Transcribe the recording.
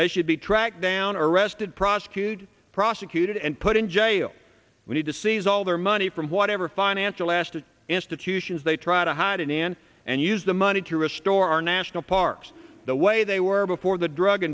they should be tracked down arrested prosecuted prosecuted and put in jail we need to seize all their money from whatever financial last institutions they try to hide in and use the money to restore our national parks the way they were before the drug